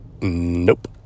Nope